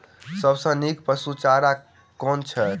सबसँ नीक पशुचारा कुन छैक?